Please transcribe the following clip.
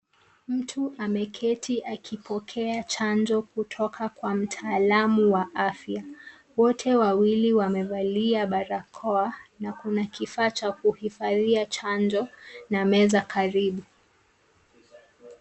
Mtu ameketi akipokea chanjo kutoka kwa mtaalamu wa afya. Wote wawili wamevalia barakoa na kuna kifaa cha kuhifadhia chanjo na meza karibu.